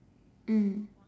mm